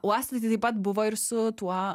uostą tai taip pat buvo ir su tuo